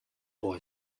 boy